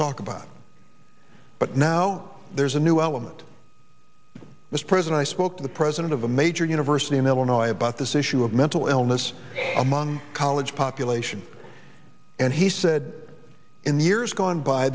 talk about but now there's a new element was present i spoke to the president of a major university in illinois about this issue of mental illness among college population and he said in the years gone by